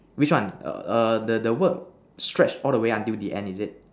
which one err the the word stretch all the way until the end is it